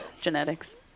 Genetics